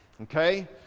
Okay